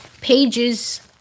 pages